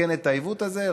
לתקן את העיוות הזה.